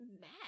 mad